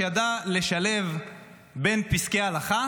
שידע לשלב בין פסקי הלכה